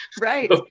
Right